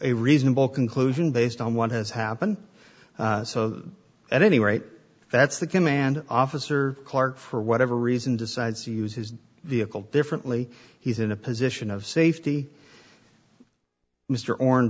a reasonable conclusion based on what has happened so that at any rate that's the command officer clark for whatever reason decides to use his vehicle differently he's in a position of safety mr or